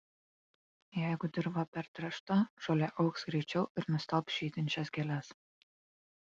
jeigu dirva pertręšta žolė augs greičiau ir nustelbs žydinčias gėles